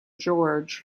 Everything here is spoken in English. george